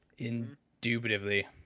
Indubitably